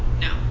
now